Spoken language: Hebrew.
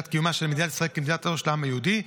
שלילת קיומה של מדינת ישראל כמדינתו של העם היהודי,